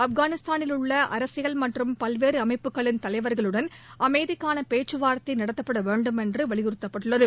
ஆப்கானிஸ்தானில் உள்ள அரசியல் மற்றும் பல்வேறு அமைப்புகளின் தலைவர்களுடன் அமைதிக்கான பேச்சுவார்த்தை நடத்தப்பட வேண்டுமென்று வலியுறுத்தப்பட்டுள்ளது